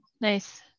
Nice